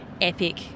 epic